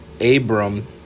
Abram